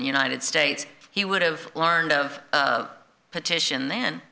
united states he would have learned of the petition then